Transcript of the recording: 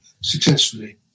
successfully